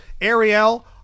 Ariel